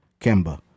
Kemba